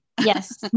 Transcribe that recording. Yes